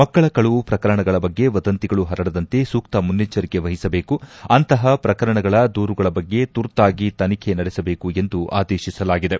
ಮಕ್ಕಳ ಕಳುವು ಪ್ರಕರಣಗಳ ಬಗ್ಗೆ ವದಂತಿಗಳು ಪರಡದಂತೆ ಸೂಕ್ತ ಮುನ್ನೆಜ್ಜರಿಕೆ ವಹಿಸಬೇಕು ಅಂತಪ ಪ್ರಕರಣಗಳ ದೂರುಗಳ ಬಗ್ಗೆ ತುರ್ತಾಗಿ ತನಿಖೆ ನಡೆಸಬೇಕು ಎಂದು ಆದೇಶಿಸಲಾಗಿದೆ